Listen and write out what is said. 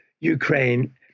Ukraine